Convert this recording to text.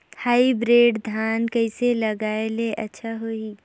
Hybrid धान कइसे लगाय ले अच्छा होही?